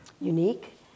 unique